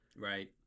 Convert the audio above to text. Right